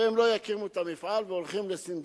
והם לא יקימו את המפעל והולכים לסינגפור,